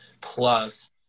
plus